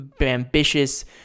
ambitious